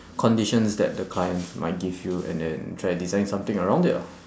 conditions that the client might give you and then try design something around it lah